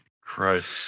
Christ